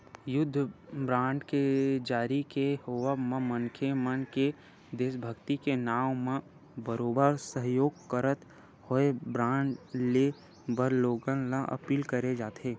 युद्ध बांड के जारी के होवब म मनखे मन ले देसभक्ति के नांव म बरोबर सहयोग करत होय बांड लेय बर लोगन ल अपील करे जाथे